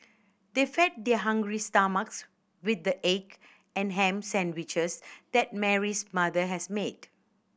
they fed their hungry stomachs with the egg and ham sandwiches that Mary's mother has made